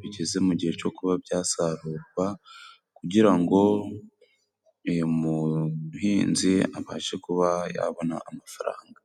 bigeze mu gihe co kuba byasarurwa kugira ngo uyu muhinzi abashe kuba yabona amafaranga